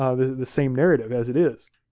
ah the the same narrative as it is.